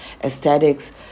aesthetics